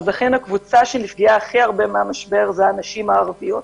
הקבוצה שנפגעה הכי הרבה מהמשבר היא הנשים הערביות.